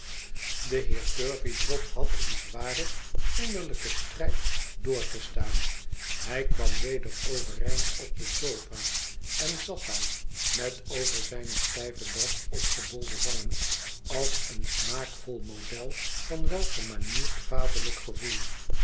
de heer turveydrop had een zwaren innerlijken strijd door te staan hij kwam weder overeind op de sofa en zat daar met over ziuie stijve das opgebolde wangen als een smaakvol model van welgemanierd vaderlijk gevoel